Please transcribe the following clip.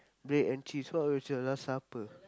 bread and cheese what was your last supper